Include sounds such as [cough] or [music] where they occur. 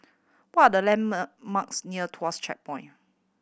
what are the land [unintelligible] marks near Tuas Checkpoint